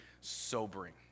sobering